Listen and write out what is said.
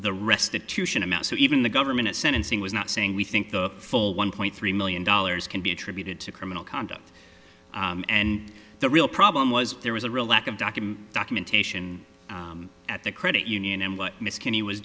the restitution amount so even the government at sentencing was not saying we think the full one point three million dollars can be attributed to criminal conduct the real problem was there was a real lack of document documentation at the credit union